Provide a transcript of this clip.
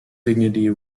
dignity